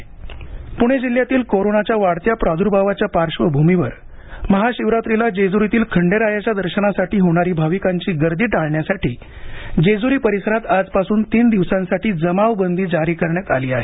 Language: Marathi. जेजरी जमावबंदी पूणे जिल्ह्यातील कोरोनाच्या वाढत्या प्रादूर्भावाच्या पार्श्वभूमीवर महाशिवरात्रीला जेजूरीतील खंडेरायाच्या दर्शनासाठी होणारी भाविकांची गर्दी टाळण्यासाठी जेजुरी परिसरात आजपासून तीन दिवसांसाठी जमावबंदी जारी करण्यात आली आहे